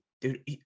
Dude